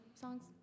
songs